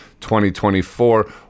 2024